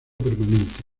permanente